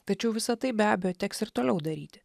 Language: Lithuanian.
tačiau visa tai be abejo teks ir toliau daryti